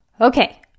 Okay